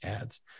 ads